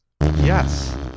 Yes